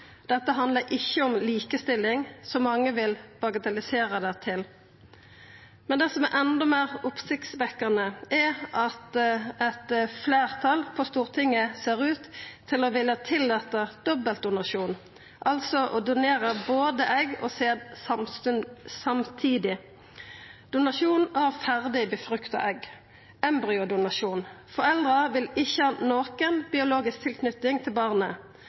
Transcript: Dette handlar ikkje om likestilling, som mange vil bagatellisera det til. Men det som er enda meir oppsiktsvekkjande, er at eit fleirtal på Stortinget ser ut til å villa tillata dobbeltdonasjon, altså å donera både egg og sæd samtidig – donasjon av ferdig befrukta egg, embryodonasjon. Foreldra vil ikkje ha noka biologisk tilknyting til barnet.